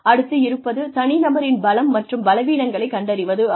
அடுத்து இருப்பது தனிநபரின் பலம் மற்றும் பலவீனங்களை கண்டறிவது ஆகும்